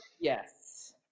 Yes